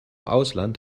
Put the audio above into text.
ausland